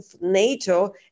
NATO